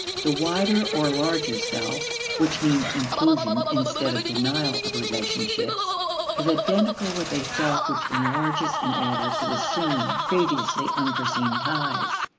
the wider or larger self which means inclusion instead of denial of relationships is identical with a self which enlarges in order to assume previously unforeseen ties.